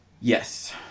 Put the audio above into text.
Yes